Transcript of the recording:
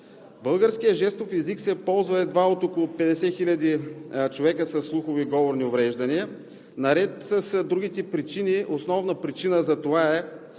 Българският жестов език се ползва едва от около 50 хиляди човека със слухови и говорни увреждания. Наред с другите причини, основната причина за това е,